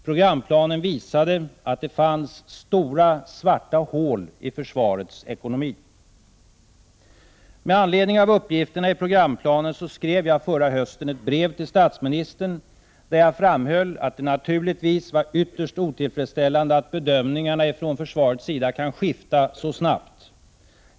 Programplanen visade att det fanns stora svarta hål i försvarets ekonomi. Med anledning av uppgifterna i programplanen skrev jag förra hösten ett brev till statsministern där jag framhöll att det naturligtvis var ytterst otillfredsställande att bedömningarna från försvarets sida kan skifta så snabbt.